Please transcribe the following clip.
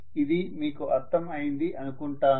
ఇది మీకు అర్థం అయింది అనుకుంటాను